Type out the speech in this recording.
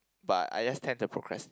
but I just tend to procrastinate